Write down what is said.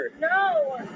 no